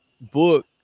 book